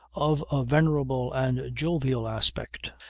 of a venerable and jovial aspect,